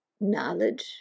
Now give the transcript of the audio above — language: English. knowledge